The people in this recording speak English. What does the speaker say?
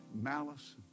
malice